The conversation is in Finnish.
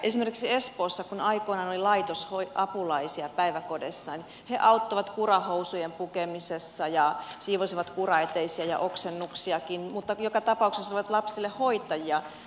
esimerkiksi kun espoossa aikoinaan oli laitosapulaisia päiväkodeissa he auttoivat kurahousujen pukemisessa ja siivosivat kuraeteisiä ja oksennuksiakin mutta joka tapauksessa he olivat lapsille hoitajia